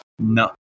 No